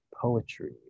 poetry